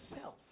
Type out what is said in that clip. self